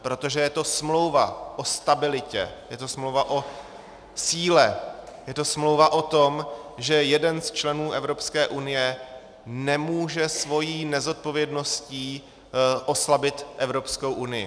Protože je to smlouva o stabilitě, je to smlouva o síle, je to smlouva o tom, že jeden z členů Evropské unie nemůže svou nezodpovědností oslabit Evropskou unii.